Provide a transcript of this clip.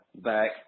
Back